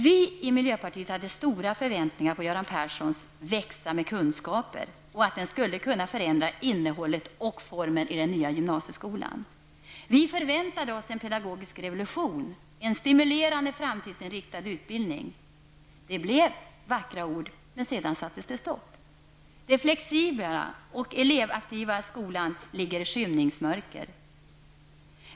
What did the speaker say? Vi i miljöpartiet hade stora förväntningar på Göran Perssons ''Växa med kunskaper'' och på att den skulle kunna förändra innehållet och formen i den nya gymnasieskolan. Vi förväntade oss en pedagogisk revolution, en stimulerande framtidsinriktad utbildning. Det blev vackra ord, men sedan sattes det stopp. Den flexibla och elevaktiva skolan ligger i skymningsmörker.